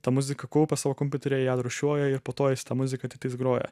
ta muziką kaupia savo kompiuteryje ją rūšiuoja ir po to jis tą muziką tiktais groja